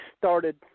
started